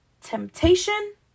temptation